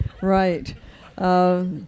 right